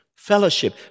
Fellowship